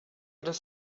does